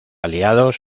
aliados